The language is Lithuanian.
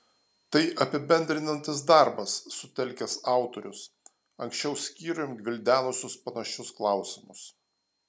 tai apibendrinantis darbas sutelkęs autorius anksčiau skyrium gvildenusius panašius klausimus